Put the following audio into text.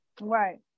Right